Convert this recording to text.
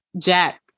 Jack